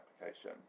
application